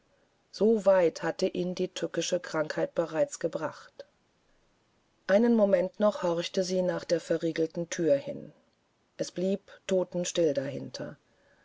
weit hatte ihn die tückische krankheit bereits gebracht einen moment noch horchte sie nach der verriegelten thür hin es blieb totenstill dahinter